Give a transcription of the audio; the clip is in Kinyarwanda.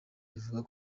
rivuga